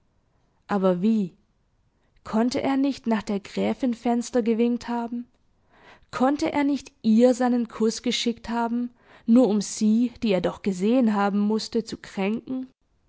aber wie konnte er nicht nach der gräfin fenster gewinkt haben konnte er nicht ihr seinen kuß geschickt haben nur um sie die er doch gesehen haben mußte zu kränken